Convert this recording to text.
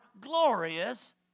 glorious